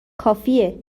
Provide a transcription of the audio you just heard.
کافیه